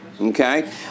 okay